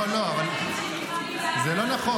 לא, לא, זה לא נכון.